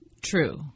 true